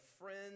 friends